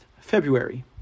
February